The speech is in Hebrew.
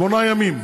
שמונה ימים.